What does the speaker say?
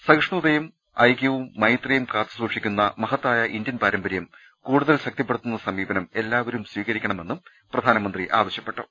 സഹിഷ്ണുതയും ഐക്യവും മൈത്രിയും കാത്തുസൂക്ഷിക്കുന്ന മഹത്തായ ഇന്ത്യൻ പാരമ്പര്യം കൂടുതൽ ശക്തിപ്പെടുത്തുന്ന സ്മീപനം എല്ലാവരും സ്വീകരിക്കണമെന്നും പ്രധാനമന്ത്രി പറഞ്ഞു